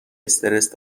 استرس